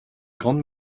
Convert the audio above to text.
grandes